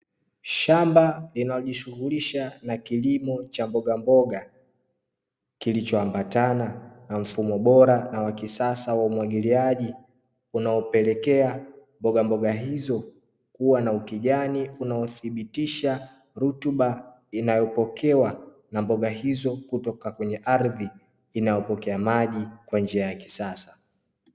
Shamba linalojihusisha na kilimo cha mbogamboga, kilicho ambatana na mfumo bora wa kisasa na umwagiliaji unaopelekea mboga mboga hizo kuwa na ukijani, unaothibitisha rutuba inayopokewa na mboga hizo kutoka kwenye ardhi inayopokea maji kwa njia ya kisasa.